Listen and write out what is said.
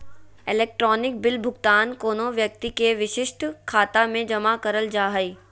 electronic bill भुगतान कोनो व्यक्ति के विशिष्ट खाता में जमा करल जा हइ